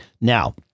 Now